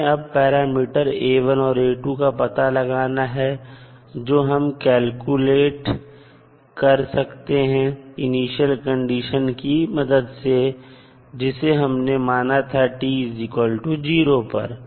हमें अब parameter A1 और A2 का पता लगाना है जो हम कैलकुलेट कर सकते हैं इनिशियल कंडीशन की मदद से जिसे हमने माना था t0 पर